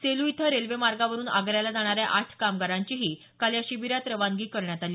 सेलू इथं रेल्वे मार्गावरून आग्र्याला जाणाऱ्या आठ कामगारांचीही काल या शिबीरात रवानगी करण्यात आली